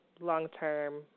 long-term